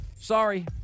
sorry